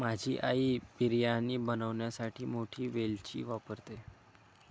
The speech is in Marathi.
माझी आई बिर्याणी बनवण्यासाठी मोठी वेलची वापरते